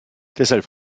deshalb